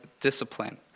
discipline